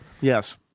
yes